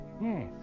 Yes